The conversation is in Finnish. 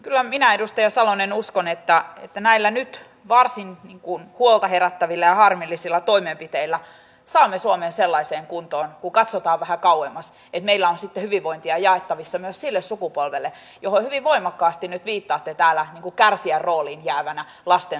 kyllä minä edustaja salonen uskon että näillä nyt varsin huolta herättävillä ja harmillisilla toimenpiteillä saamme suomen sellaiseen kuntoon kun katsotaan vähän kauemmas että meillä on sitten hyvinvointia jaettavissa myös sille sukupolvelle johon hyvin voimakkaasti nyt viittaatte täällä kärsijän rooliin jäävänä lasten sukupolvena